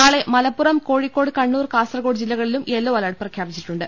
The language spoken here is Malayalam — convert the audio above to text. നാളെ മലപ്പുറം കോഴിക്കോട് കണ്ണൂർ കാസർകോട് ജില്ലകളിലും യെല്ലോ അലേർ ട്ട് പ്രഖ്യാപിച്ചിട്ടുണ്ട്